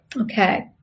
Okay